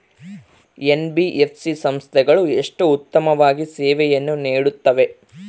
NBFC ಸಂಸ್ಥೆಗಳು ಎಷ್ಟು ಉತ್ತಮವಾಗಿ ಸೇವೆಯನ್ನು ನೇಡುತ್ತವೆ?